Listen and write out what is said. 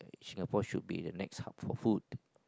Singapore should be the next hub for food